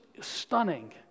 stunning